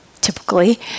typically